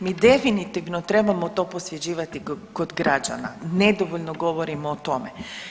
Mi definitivno trebamo to posvećivati kod građana, nedovoljno govorimo o to tome.